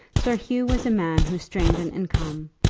sir hugh was a man who strained an income,